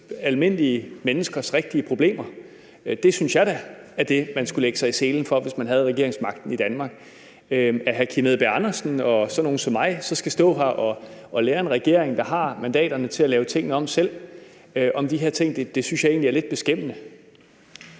almindelige menneskers rigtige problemer. Det synes jeg da var det, man skulle lægge sig i selen for, hvis man havde regeringsmagten i Danmark. At hr. Kim Edberg Andersen og sådan nogle som mig skal stå her og lære en regering, der har mandaterne til at lave tingene om selv, de her ting, synes jeg egentlig er lidt beskæmmende.